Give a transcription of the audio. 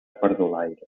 perdulaires